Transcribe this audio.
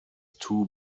two